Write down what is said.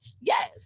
yes